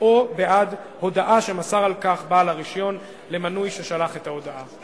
או בעד הודעה שמסר על כך בעל הרשיון למנוי ששלח את ההודעה.